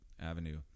Avenue